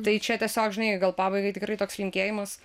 tai čia tiesiog žinai gal pabaigai tikrai toks linkėjimas